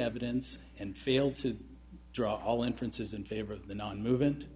evidence and failed to draw all inferences in favor of the non movement